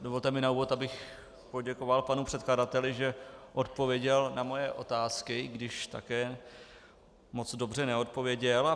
Dovolte mi na úvod, abych poděkoval panu předkladateli, že odpověděl na moje otázky, i když také moc dobře neodpověděl.